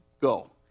go